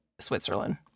Switzerland